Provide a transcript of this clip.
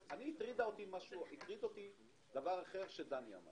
הטריד אתי דבר אחר שדני אמר